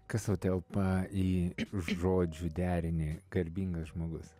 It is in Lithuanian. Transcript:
kas tau telpa į žodžių derinį garbingas žmogus